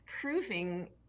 proving